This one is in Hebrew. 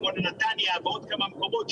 כמו בנתניה ועוד כמה מקומות,